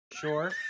sure